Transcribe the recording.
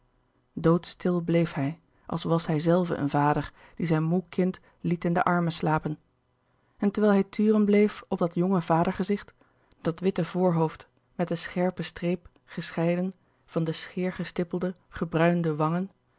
doodstil bleef hij als was hij zelve een vader die zijn moê kind liet in de armen slapen en terwijl hij turen bleef op dat jonge vadergezicht dat witte voorhoofd met de scherpe streep gescheiden van de scheergestippelde gebruinde wangen